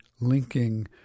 linking